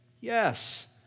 Yes